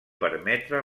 permetre